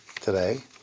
today